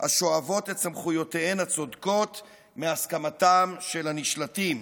השואבות את סמכויותיהן הצודקות מהסכמתם של הנשלטים.